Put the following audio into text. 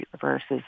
versus